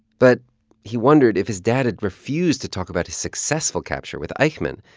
but he wondered, if his dad had refused to talk about his successful capture with eichmann,